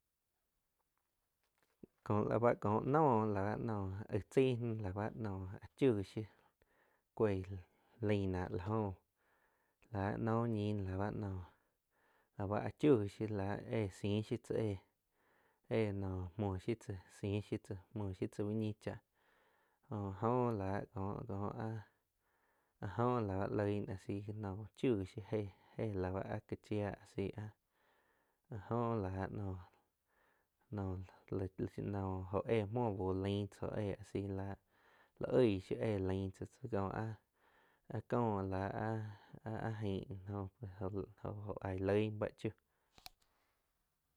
Kóh lah bá ko noh la báh aig chaí áh chiug gi shiu coig lain náh la jóh láh noh ñi nóh la báh nóh la ba achiug gi shiuh eh si shiu tzá, éh noh muoh shiu tzá siih yiu tzá muoh shiu tzá úh ñi cháh jo oh láh co-co áh, ah jpo la ba loig náh a si nóh chiug gi shiu je la ba áh ka chia a asi áh la jo láh noh no laig no jo éh muoh buh lain tzá éh asi láh la oigh gi shiu éh laig tzá áh có láh ha-ha aig la jo-jo aig loig náh báh chiú.